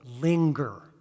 linger